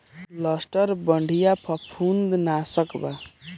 Luster बढ़िया फंफूदनाशक बा